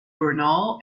bernal